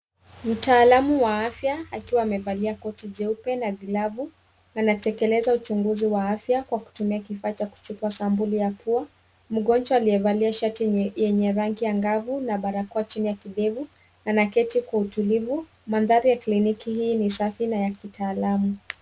Mtaalam wa afya akiwa amevalia koti jeupe na glavu anatekeleza uchunguzi wa afya kwa kutumia kifaa cha kuchukua sampuli ya pua. Mgonjwa aliyevalia shati yenye rangi angavu na barakoa chini ya kidevu anaketi kwa utulivu. Mandhari ya kliniki hii ni safi na ya kitaalam.